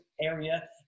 area